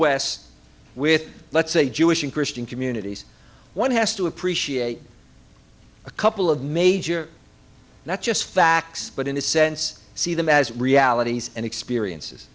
west with let's say jewish and christian communities one has to appreciate a couple of major not just facts but in a sense see them as realities and experiences